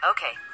Okay